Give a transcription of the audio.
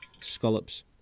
scallops